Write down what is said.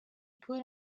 put